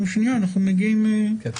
כן.